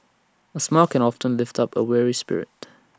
A smile can often lift up A weary spirit